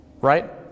Right